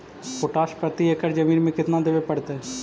Potash प्रति एकड़ जमीन में केतना देबे पड़तै?